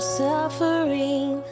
suffering